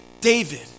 David